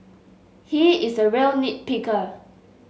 he is a real nit picker